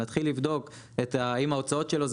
להתחיל לבדוק האם ההוצאות שלו אלו